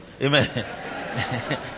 Amen